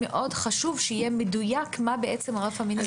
מאוד חשוב שזה יהיה מדויק מה רף המינימום.